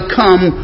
come